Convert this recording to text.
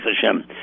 Hashem